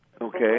Okay